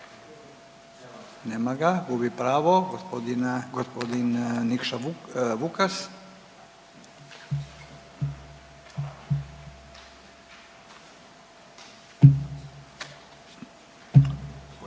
Nema ga, gubi pravo. Gospodina, gospodin Nikša Vukas.